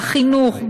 בחינוך,